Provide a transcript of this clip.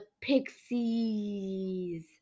pixies